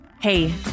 Hey